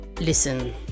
Listen